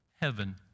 heaven